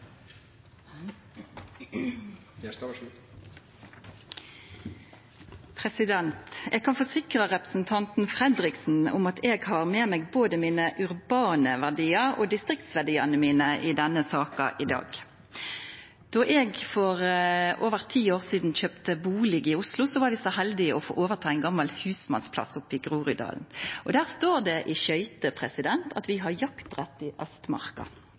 Fredriksen om at eg har med meg både dei urbane verdiane og distriktsverdiane mine i denne saka i dag. Då eg for over ti år sidan kjøpte bustad i Oslo, var vi så heldige å få overta ein gamal husmannsplass oppe i Groruddalen. Der står det i skøytet at vi har jaktrett i Østmarka.